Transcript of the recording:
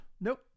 Nope